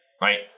right